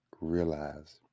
realize